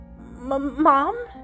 mom